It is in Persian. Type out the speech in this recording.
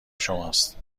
شماست